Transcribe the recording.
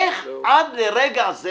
איך עד לרגע זה